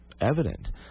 evident